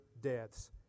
deaths